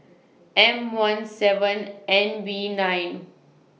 M one seven N V nine